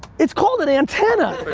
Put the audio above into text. it's called an antenna!